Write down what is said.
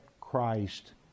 Christ